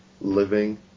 living